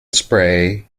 spray